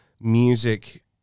music